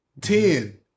Ten